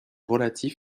relatif